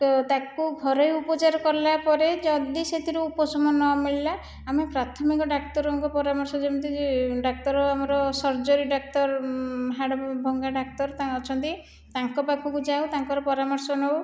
ତାକୁ ଘରୋଇ ଉପଚାର କରିବାପରେ ଯଦି ସେଥିରୁ ଉପସମ ନ ମିଳିଲା ଆମ ପ୍ରାଥମିକ ଡାକ୍ତରଙ୍କ ପରାମର୍ଶ ଯେମିତିକି ଡାକ୍ତର ଆମର ସର୍ଜରୀ ଡାକ୍ତର ହାଡ଼ଭଙ୍ଗା ଡାକ୍ତର ଅଛନ୍ତି ତାଙ୍କ ପାଖକୁ ଯାଉ ତାଙ୍କର ପରାମର୍ଶ ନେଉ